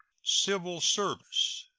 civil service.